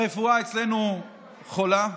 הרפואה אצלנו חולה.